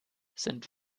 sind